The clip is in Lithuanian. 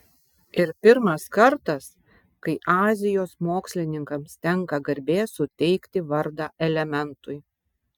ir pirmas kartas kai azijos mokslininkams tenka garbė suteikti vardą elementui